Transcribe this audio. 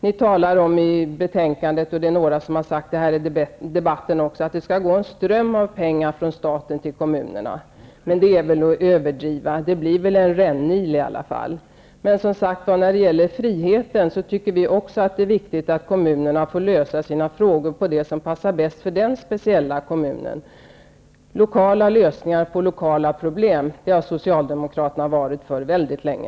Det sägs i betänkandet, och några har sagt det i debatten, att det skall gå en ström av pengar från staten till kommunerna. Det är nog en överdrift -- det blir väl en rännil. När det gäller friheten tycker vi också att det är viktigt att kommunerna får lösa sina problem på det sätt som passar bäst för varje speciell kommun. Socialdemokraterna varit för mycket länge.